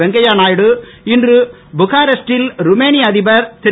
வெங்கையநாயுடு இன்று புக்காரெஸ்டில் ருபேனிய அதிபர் திரு